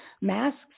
Masks